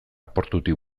portutik